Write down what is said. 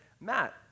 Matt